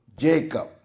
Jacob